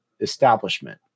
establishment